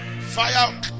Fire